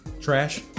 Trash